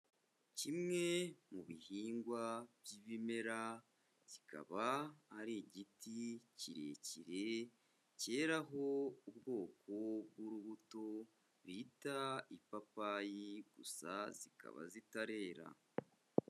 Kimwe mu bihingwa by'ibimera kikaba ari igiti kirekire cyeraho ubwoko bw'urubuto bita ipapayi gusa zikaba zitarera.